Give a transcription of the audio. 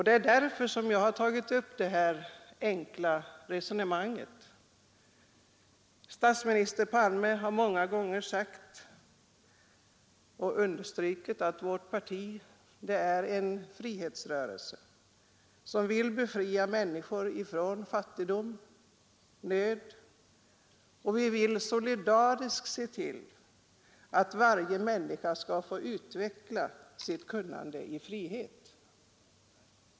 Det är därför som jag har tagit upp det här enkla resonemanget. Statsminister Palme har många gånger understrukit att vårt parti är en frihetsrörelse som vill befria människor från fattigdom och nöd och att vi vill solidariskt se till att varje människa skall få utveckla sitt kunnande i frihet.